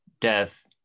death